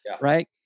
right